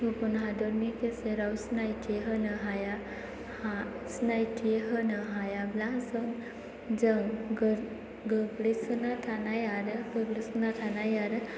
गुबुन हादरनि गेजेराव सिनायथि होनो हायाब्ला जों गोग्लैसोना थानाय आरो